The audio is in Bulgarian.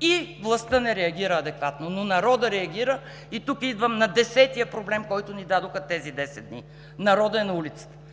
и властта не реагира адекватно, но народът реагира. Тук идвам на десетия проблем, който ни дадоха тези 10 дни. Народът е на улицата